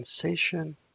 sensation